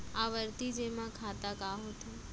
आवर्ती जेमा खाता का होथे?